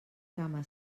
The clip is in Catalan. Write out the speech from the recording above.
cama